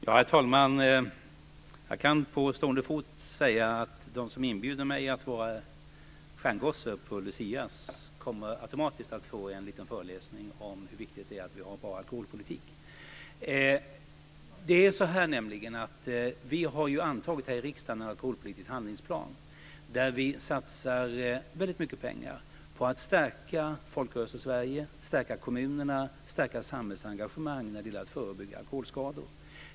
Herr talman! Jag kan på stående fot säga att de som inbjuder mig att vara stjärngosse på Lucia automatiskt kommer att få en liten föreläsning om hur viktigt det är att vi har en bra alkoholpolitik. Vi har nämligen här i riksdagen antagit en alkoholpolitisk handlingsplan, där vi satsar väldigt mycket pengar på att stärka Folkrörelsesverige, kommunerna och samhällsengagemanget när det gäller att förebygga alkoholskador.